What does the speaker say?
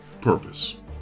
purpose